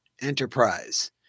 enterprise